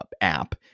app